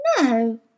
No